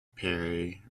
perry